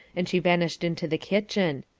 and she vanished into the kitchen.